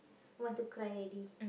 want to cry already